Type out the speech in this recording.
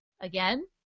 again